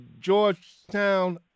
Georgetown